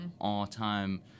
all-time